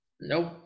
Nope